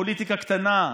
מפוליטיקה קטנה,